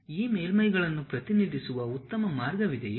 ಈ ಮೇಲ್ಮೈಗಳನ್ನು ಪ್ರತಿನಿಧಿಸುವ ಉತ್ತಮ ಮಾರ್ಗವಿದೆಯೇ